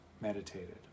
meditated